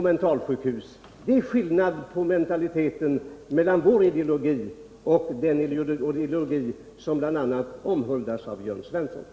Det är skillnaden i mentalitet mellan vår ideologi och den ideologi, som omhuldas av Jörn Svensson.